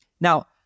Now